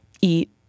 eat